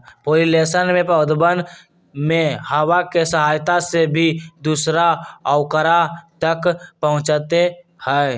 pollination में पौधवन में हवा के सहायता से भी दूसरा औकरा तक पहुंचते हई